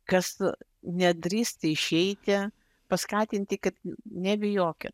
kas nedrįsta išeiti paskatinti kad nebijokit